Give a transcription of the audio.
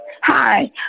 Hi